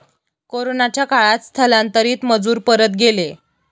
कोरोनाच्या काळात स्थलांतरित मजूर परत गेले